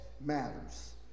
matters